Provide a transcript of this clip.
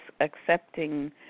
accepting